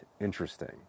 interesting